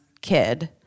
kid